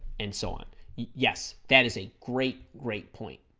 and so on yes that is a great great point